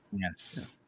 Yes